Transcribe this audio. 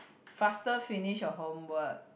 faster finish your homework